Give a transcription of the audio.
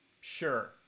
Sure